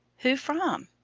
who from?